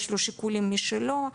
יש לו שיקולים משלו,